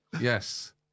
Yes